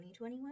2021